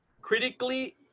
critically